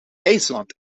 ijsland